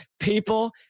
People